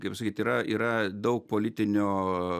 kaip pasakyt yra yra daug politinio